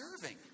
serving